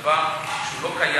זה דבר שהוא לא קיים.